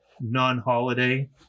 non-holiday